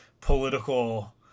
political